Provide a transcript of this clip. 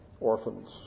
orphans